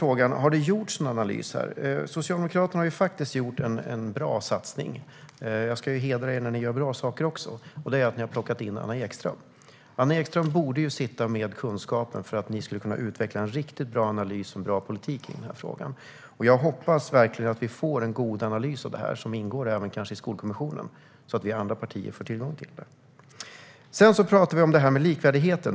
Frågan är: Har det gjorts någon analys? Socialdemokraterna har gjort en bra satsning. Jag ska hedra er när ni gör bra saker, och detta gäller att ni har plockat in Anna Ekström. Hon borde sitta med kunskapen för att ni skulle kunna utveckla en riktigt bra analys och en bra politik i frågan. Jag hoppas verkligen att vi får en god analys av detta som kanske även kan ingå i Skolkommissionen så att vi andra partier får tillgång till den. Vi har talat om likvärdigheten.